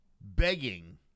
begging